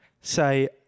say